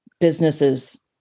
businesses